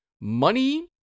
money